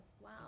wow